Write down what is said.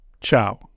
Ciao